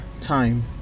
time